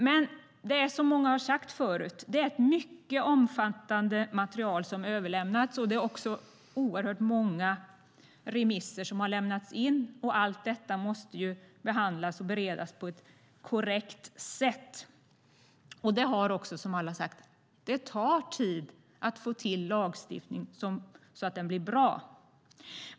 Det är, som många har sagt förut, ett mycket omfattande material som har överlämnats. Det är också oerhört många remisser som har lämnats in. Allt detta måste behandlas och beredas på ett korrekt sätt. Det tar, som alla också har sagt, tid att få till lagstiftning så att den blir bra.